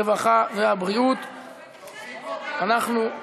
הרווחה והבריאות נתקבלה.